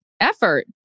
Effort